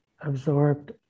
absorbed